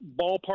ballpark